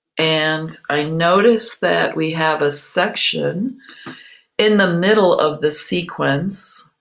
and i notice that we have a section in the middle of the sequence